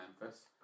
Memphis